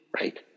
right